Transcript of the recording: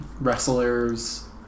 Wrestlers